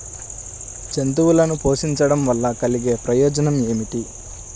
జంతువులను పోషించడం వల్ల కలిగే ప్రయోజనం ఏమిటీ?